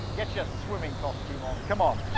get your swimming costume on. come on!